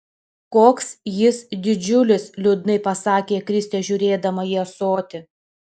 koks jis didžiulis liūdnai pasakė kristė žiūrėdama į ąsotį